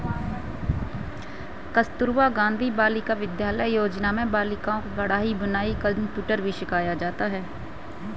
कस्तूरबा गाँधी बालिका विद्यालय योजना में बालिकाओं को कढ़ाई बुनाई कंप्यूटर भी सिखाया जाता है